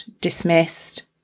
dismissed